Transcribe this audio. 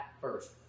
first